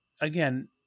again